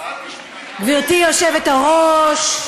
גברתי היושבת-ראש,